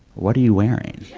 what are you wearing?